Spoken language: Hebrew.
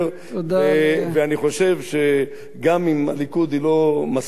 אני חושב שגם אם הליכוד הוא לא משאת חיי,